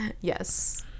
Yes